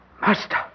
Master